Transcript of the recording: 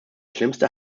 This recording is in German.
schlimmste